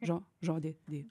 žo žodį dį